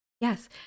Yes